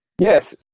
Yes